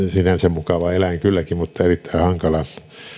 mukava eläin kylläkin mutta erittäin hankala